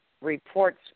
reports